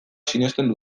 sinesten